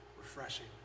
refreshing